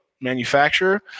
manufacturer